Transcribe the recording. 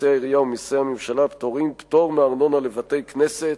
מסי העירייה ומסי הממשלה (פטורין) (פטור מארנונה לבתי-כנסת),